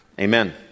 Amen